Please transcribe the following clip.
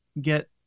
get